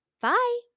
bye